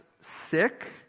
sick